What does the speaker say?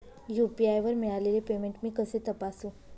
UPI वर मिळालेले payment मी कसे तपासू?